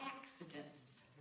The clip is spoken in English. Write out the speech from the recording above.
accidents